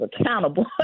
accountable